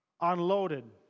unloaded